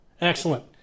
Excellent